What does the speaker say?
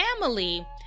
family